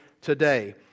today